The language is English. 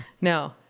No